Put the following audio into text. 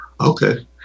okay